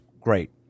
great